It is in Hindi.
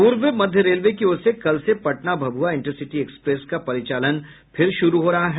पूर्व मध्य रेलवे की ओर से कल से पटना भभुआ इंटरसिटी एक्सप्रेस का परिचालन फिर शुरू हो रहा है